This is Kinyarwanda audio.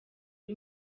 uwo